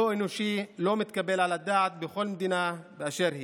לא אנושי, לא מתקבל על הדעת בכל מדינה באשר היא.